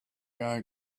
going